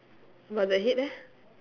but the head eh